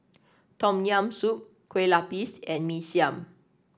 Tom Yam Soup Kueh Lapis and Mee Siam